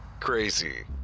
crazy